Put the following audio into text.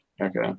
Okay